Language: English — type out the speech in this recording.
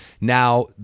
Now